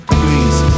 please